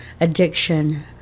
addiction